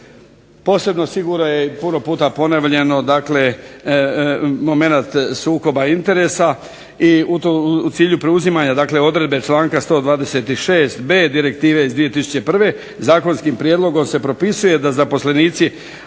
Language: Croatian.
Posebno sigurno je i puno puta ponovljeno momenat sukoba interesa i u tom cilju preuzimanja odredbe članka 126.b Direktive iz 2001. zakonskim prijedlogom se propisuje da zaposlenici